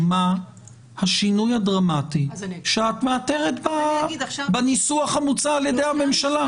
מה השינוי הדרמטי שאת מאתרת בניסוח המוצע על-ידי הממשלה,